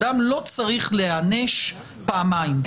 אדם לא צריך להיענש פעמיים.